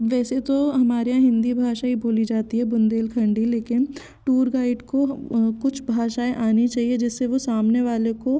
वैसे तो हमारे यहाँ हिन्दी भाषा ही बोली जाती है बुंदेलखंडी लेकिन टूर गाइड को कुछ भाषाऍं आनी चाहिए जिससे वो सामने वाले को